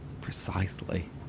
precisely